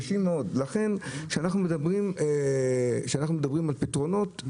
לכן כשאנחנו מדברים על פתרונות,